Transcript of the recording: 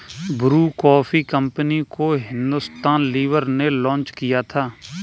Bru coffee company को Hindustan Lever ने launch किया था